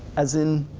as in,